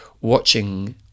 watching